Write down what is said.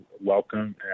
welcome